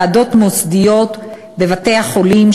ועדות מוסדיות בבתי-החולים,